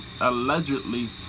allegedly